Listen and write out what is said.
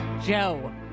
Joe